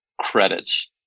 credits